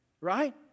Right